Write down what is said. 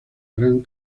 gran